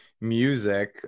music